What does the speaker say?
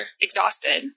exhausted